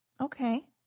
Okay